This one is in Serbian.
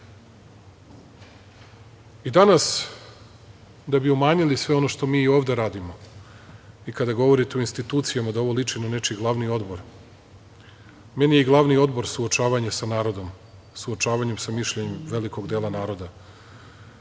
kraju. Danas, da bi umanjili sve ono što mi ovde radimo, i kada govorite o institucijama, da ovo liči na nečiji glavni odbor, meni je glavni odbor suočavanje sa narodom, suočavanje sa mišljenjem velikog dela naroda.